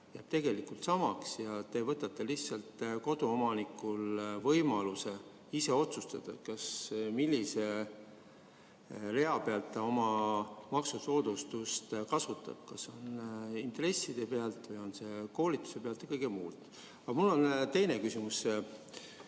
jääb tegelikult samaks. Te võtate lihtsalt koduomanikult võimaluse ise otsustada, millise rea pealt ta oma maksusoodustust kasutab, kas intresside pealt või koolituse pealt ja kõigelt muult. Aga mul on teine küsimus.